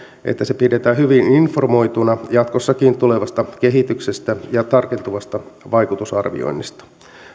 että se pidetään hyvin informoituna jatkossakin tulevasta kehityksestä ja tarkentuvasta vaikutusarvioinnista